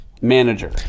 manager